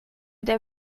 der